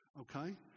Okay